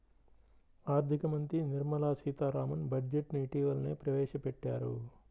ఆర్ధిక మంత్రి నిర్మలా సీతారామన్ బడ్జెట్ ను ఇటీవలనే ప్రవేశపెట్టారు